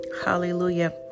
Hallelujah